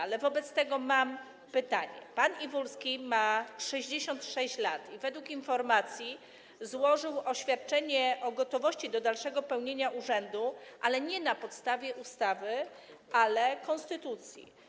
Ale wobec tego mam pytanie: Pan Iwulski ma 66 lat i według informacji złożył oświadczenie o gotowości do dalszego pełnienia urzędu, ale nie na podstawie ustawy, tylko na podstawie konstytucji.